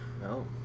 No